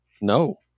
no